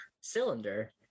cylinder